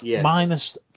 Minus